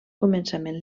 començament